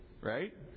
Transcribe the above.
Right